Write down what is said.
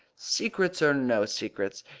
secrets or no secrets,